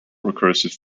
recursive